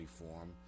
reform